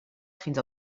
fins